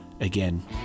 again